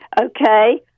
Okay